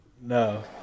No